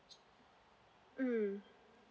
mm